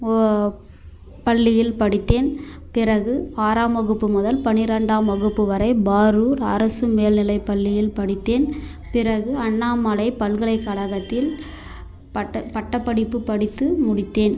பள்ளியில் படித்தேன் பிறகு ஆறாம் வகுப்பு முதல் பன்னிரெண்டாம் வகுப்பு வரை பாரூர் அரசு மேல்நிலைப்பள்ளியில் படித்தேன் பிறகு அண்ணாமலை பல்கலைக்கழகத்தில் பட்ட பட்டப்படிப்பு படித்து முடித்தேன்